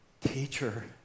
Teacher